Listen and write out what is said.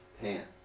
pants